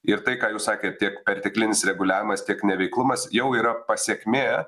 ir tai ką jūs sakėt tiek perteklinis reguliavimas tiek neveiklumas jau yra pasekmė